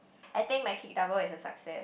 I think my kick double is a success